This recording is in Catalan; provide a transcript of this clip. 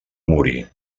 morir